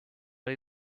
but